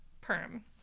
perm